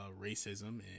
racism